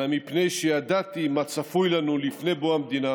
אלא מפני שידעתי מה צפוי לנו לפני בוא המדינה